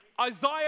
Isaiah